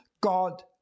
God